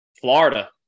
Florida